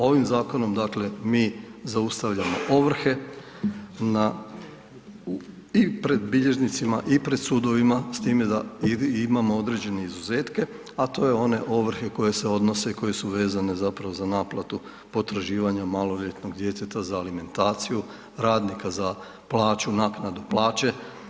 Ovim zakonom, dakle mi zaustavljamo ovrhe na, i pred bilježnicima i pred sudovima s time da imamo određene izuzetke, a to je one ovrhe koje se odnose i koje su vezane zapravo za naplatu potraživanja maloljetnog djeteta za alimentaciju, radnika za plaću, naknadu plaće.